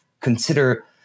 consider